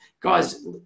guys